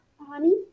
Honey